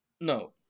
no